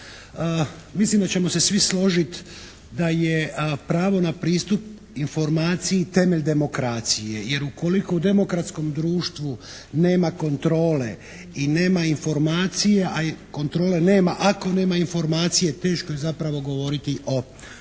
Mislim da ćemo se svi složiti da je pravo na pristup informaciji temelj demokracije. Jer ukoliko u demokratskom društvu nema kontrole i nema informacije, a kontrole nema ako nema informacije teško je zapravo govoriti o